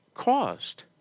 caused